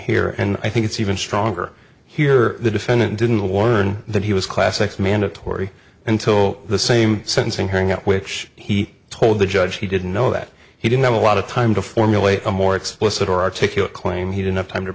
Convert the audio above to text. here and i think it's even stronger here the defendant didn't warn that he was class x mandatory until the same sentencing hearing at which he told the judge he didn't know that he didn't have a lot of time to formulate a more explicit or articulate claim he didn't have time to